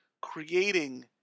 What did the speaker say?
creating